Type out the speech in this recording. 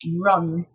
run